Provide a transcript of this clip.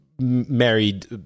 married